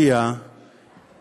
מציע לך לא לבדוק את העניין הזה.